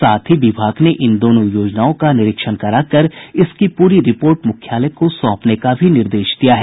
साथ ही विभाग ने इन दोनों योजनाओं का निरीक्षण करा कर इसकी पूरी रिपोर्ट मुख्यालय को सौंपने का भी निर्देश दिया है